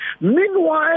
Meanwhile